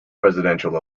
presidential